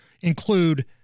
include